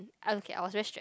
okay I was very stressed